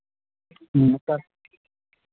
ᱟᱪᱪᱷᱟ